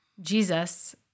Jesus